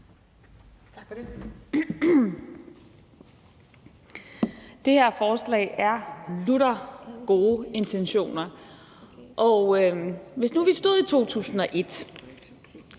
Tak for det.